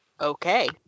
Okay